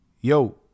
yo